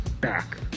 back